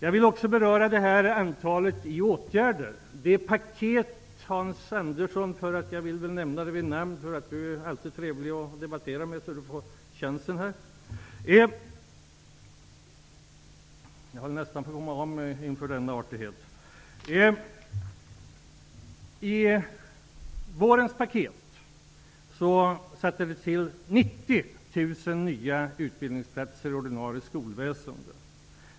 Andersson talade om -- jag nämner Hans Andersson vid namn så han får chansen att debattera, eftersom Hans Andersson alltid är trevlig att debattera med -- utökades ordinarie skolväsende med 90 000 nya utbildningsplatser. Det är en stark satsning.